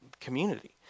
Community